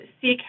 seek